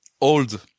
old